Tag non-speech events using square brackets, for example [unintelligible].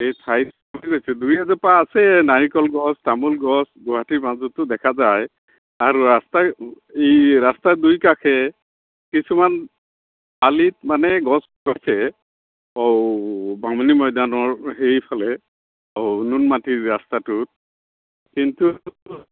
এই ঠাই [unintelligible] দুই এজোপা আছে নাৰিকল গছ তামোল গছ গুৱাহাটীৰ মাজতো দেখা যায় আৰু ৰাচ এই ৰাস্তাৰ দুই কাষে কিছুমান মানে গছ আছে আৰু বামুনী মৈদামৰ সেইফালে অও নুনমাটিৰ ৰাস্তাটোত কিন্তু